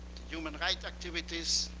human rights activities,